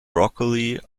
broccoli